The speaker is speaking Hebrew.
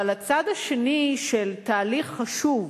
אבל הצד השני של תהליך חשוב,